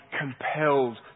compelled